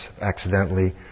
accidentally